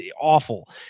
awful